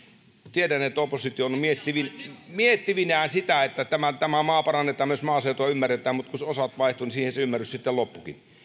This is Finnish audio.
tiedän että oppositio on miettivinään sitä että tämä maa parannetaan myös maaseutua ymmärretään mutta kun osat vaihtuivat niin siihen se ymmärrys sitten loppuikin